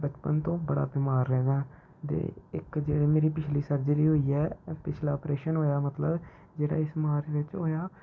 बचपन तो बड़ा बमार रेह्दा ते इक जेह्ड़े मेरी पिछली सर्जरी होई ऐ पिछला प्रेशन होएआ मतलब जेह्ड़ा इस मार्च बिच्च होएआ